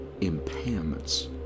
impairments